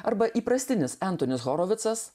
arba įprastinis etinis choro visas